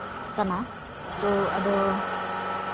ᱠᱟᱱᱟ ᱛᱚ ᱟᱫᱚ